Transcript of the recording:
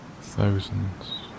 Thousands